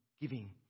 giving